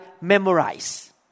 memorize